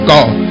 God